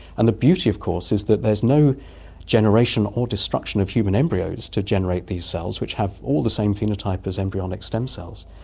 and the beauty of course is that there's no generation or destruction of human embryos to generate these cells which have all the same phenotype as embryonic stem cells,